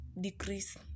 decrease